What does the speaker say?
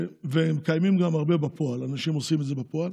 וזה קיים הרבה בפועל, אנשים עושים את זה בפועל,